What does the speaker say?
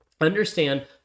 understand